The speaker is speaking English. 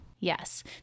Yes